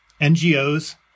NGOs